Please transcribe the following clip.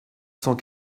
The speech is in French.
cent